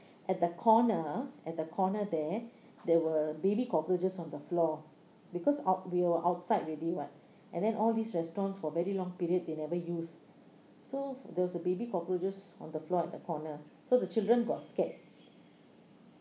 at the corner at the corner there there were baby cockroaches on the floor because out we were outside already [what] and then all these restaurants for very long period they never use so there was uh baby cockroaches on the floor at the corner so the children got scared